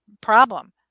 problem